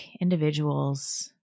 individuals